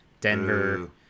Denver